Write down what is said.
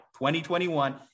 2021